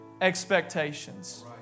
expectations